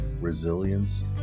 resilience